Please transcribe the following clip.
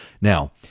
Now